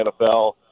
NFL